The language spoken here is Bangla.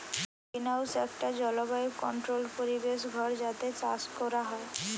গ্রিনহাউস একটা জলবায়ু কন্ট্রোল্ড পরিবেশ ঘর যাতে চাষ কোরা হয়